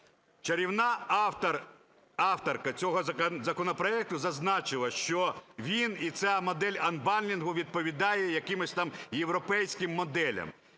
Чарівна авторка цього законопроекту зазначила, що він і ця модель анбандлінгу відповідає якимось там європейським моделям.